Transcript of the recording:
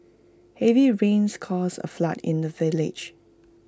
heavy rains caused A flood in the village